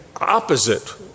opposite